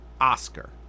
oscar